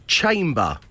Chamber